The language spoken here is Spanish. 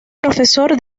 profesor